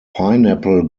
pineapple